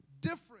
different